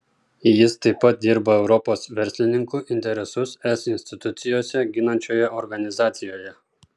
jis taip pat dirba europos verslininkų interesus es institucijose ginančioje organizacijoje